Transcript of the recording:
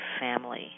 family